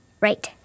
right